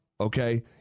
Okay